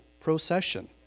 procession